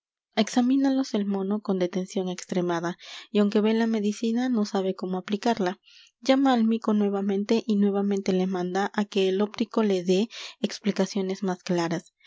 examínalos el mono con detención extremada y aunque ve la medicina no sabe cómo aplicarla llama al mico nuevamente y nuevamente le manda á que el óptico le dé explicaciones m á s claras